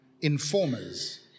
informers